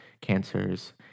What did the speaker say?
cancers